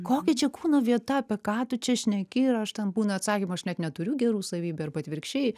kokia čia kūno vieta apie ką tu čia šneki ir aš ten būna atsakymo aš net neturiu gerų savybių arba atvirkščiai